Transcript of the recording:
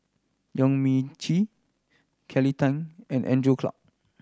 Yong Mun Chee Kelly Tang and Andrew Clarke